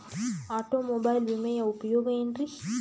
Automobile ವಿಮೆಯ ಉಪಯೋಗ ಏನ್ರೀ?